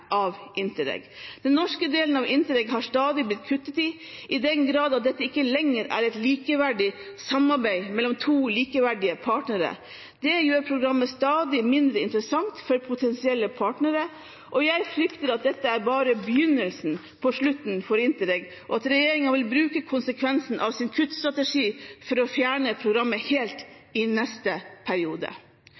av Interreg. Den norske delen av Interreg har stadig blitt kuttet i, i den grad at dette ikke lenger er et likeverdig samarbeid mellom to likeverdige partnere. Det gjør programmet stadig mindre interessant for potensielle partnere, og jeg frykter at dette bare er begynnelsen på slutten for Interreg, og at regjeringen vil bruke konsekvensene av sin kuttstrategi for å fjerne programmet helt i neste periode.